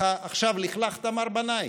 "עכשיו לכלכת, מר בנאי"?